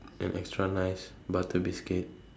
an extra nice butter biscuit